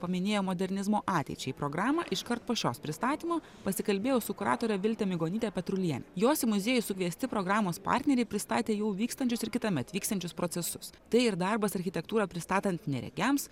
paminėjo modernizmo ateičiai programą iškart po šios pristatymo pasikalbėjau su kuratore vilte migonyte petruliene jos muziejuj sugesti programos partneriai pristatė jau vykstančius ir kitąmet vykstančius procesus tai ir darbas architektūra pristatant neregiams